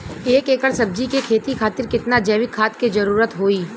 एक एकड़ सब्जी के खेती खातिर कितना जैविक खाद के जरूरत होई?